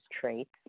traits